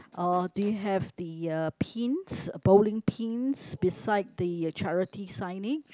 uh do you have the uh pins uh bowling pins besides the charity signage